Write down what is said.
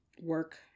work